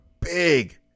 big